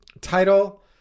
Title